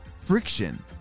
friction